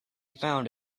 found